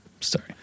sorry